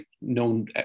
known